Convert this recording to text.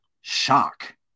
Shock